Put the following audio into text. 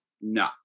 No